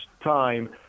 time